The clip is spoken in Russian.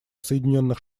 соединенных